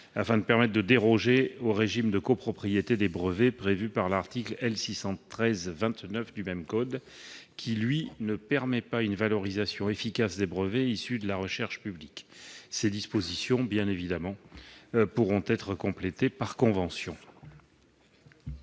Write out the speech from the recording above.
afin de permettre de déroger au régime de copropriété des brevets prévu par l'article L. 613-29 du même code, qui, lui, ne permet pas une valorisation efficace des brevets issus de la recherche publique. Ces dispositions pourront être complétées par convention.